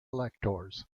electors